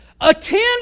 Attend